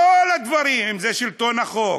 כל הדברים, אם שלטון החוק,